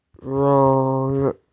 wrong